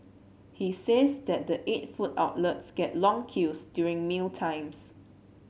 he says that the eight food outlets get long queues during mealtimes